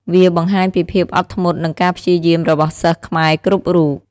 វាបង្ហាញពីភាពអត់ធ្មត់និងការព្យាយាមរបស់សិស្សខ្មែរគ្រប់រូប។